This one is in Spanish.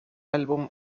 álbum